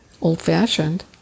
old-fashioned